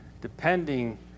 depending